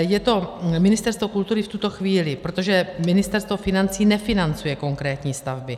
Je to Ministerstvo kultury v tuto chvíli, protože Ministerstvo financí nefinancuje konkrétní stavby.